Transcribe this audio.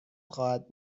خواهد